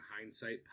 hindsight